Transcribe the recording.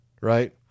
right